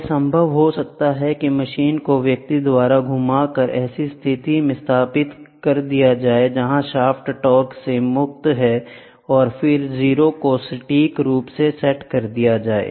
यह संभव हो सकता है कि मशीन को व्यक्ति द्वारा घुमाकर ऐसी स्थिति को स्थापित कर दें जहां शाफ्ट टॉर्क से मुक्त है और फिर 0 को सटीक रूप से सेट करें